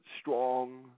strong